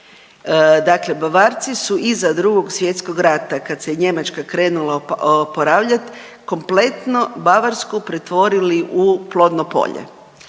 dakle Bavarci su iza Drugog svjetskog rata kad se Njemačka krenula oporavljat kompletno Bavarsku pretvorili u plodno polje